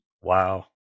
Wow